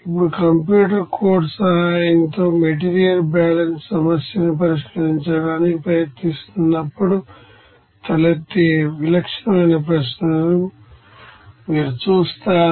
ఇప్పుడు computer code సహాయంతో material balance సమస్యను పరిష్కరించడానికి ప్రయత్నిస్తున్నప్పుడు తలెత్తే విలక్షణమైన ప్రశ్నలను మీరు చూస్తారు